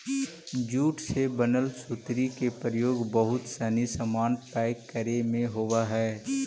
jute से बनल सुतरी के प्रयोग बहुत सनी सामान पैक करे में होवऽ हइ